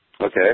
Okay